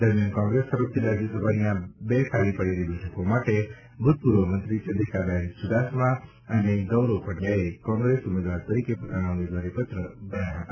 દરમ્યાન કોંગ્રેસ તરફથી રાજ્યસભાની આ બે ખાલી પડેલી બેઠકો માટે ભૂતપૂર્વમંત્રી ચંદ્રિકાબેન ચુડાસમા એન ગૌરવ પંડ્યાએ કોંગ્રેસ ઉમેદવાર તરીકે પોતાના ઉમેદવારીપત્ર ભર્યા હતા